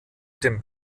dem